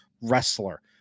wrestler